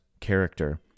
character